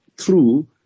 True